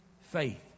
faith